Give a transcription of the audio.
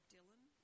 Dylan